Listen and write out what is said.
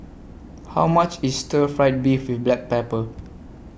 How much IS Stir Fried Beef with Black Pepper